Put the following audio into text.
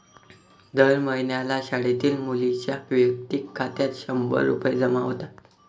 दर महिन्याला शाळेतील मुलींच्या वैयक्तिक खात्यात शंभर रुपये जमा होतात